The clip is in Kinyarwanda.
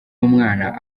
umwana